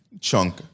chunk